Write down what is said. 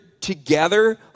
together